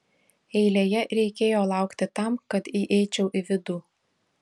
eilėje reikėjo laukti tam kad įeičiau į vidų